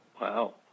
Wow